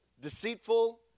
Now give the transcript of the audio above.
deceitful